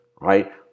right